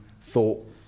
thought